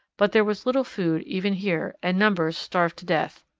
but there was little food even here, and numbers starved to death.